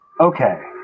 Okay